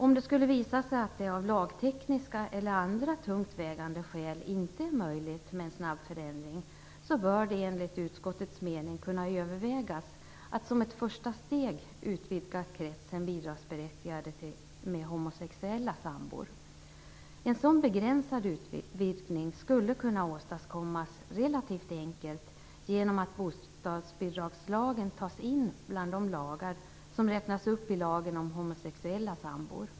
Om det skulle visa sig att det av lagtekniska eller andra tungt vägande skäl inte är möjligt med en snabb förändring bör det enligt utskottets mening kunna övervägas att som ett första steg utvidga kretsen bidragsberättigade med homosexuella sambor. En sådan begränsad utvidgning skulle kunna åstadkommas relativt enkelt genom att bostadsbidragslagen tas in bland de lagar som räknas upp i lagen om homosexuella sambor.